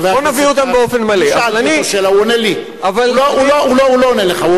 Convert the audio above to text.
חבר הכנסת, הוא עונה לי, הוא לא עונה לך.